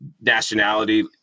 nationality